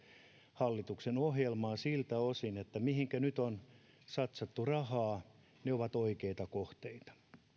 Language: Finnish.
hallituksen ohjelmaa siltä osin että ne mihinkä nyt on satsattu rahaa ovat oikeita kohteita